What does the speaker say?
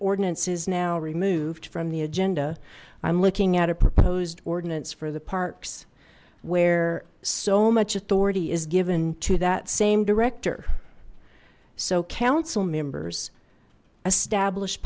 ordinance is now removed from the agenda i'm looking at a proposed ordinance for the parks where so much authority is given to that same director so council members establish